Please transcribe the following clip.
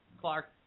Clark